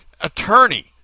attorney